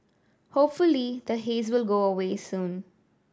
hopefully the haze will go away soon